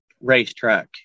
racetrack